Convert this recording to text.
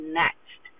next